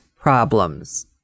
problems